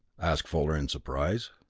asked fuller in surprise.